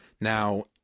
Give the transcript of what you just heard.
Now